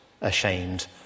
ashamed